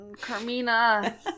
Carmina